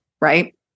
right